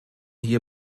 hier